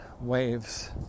waves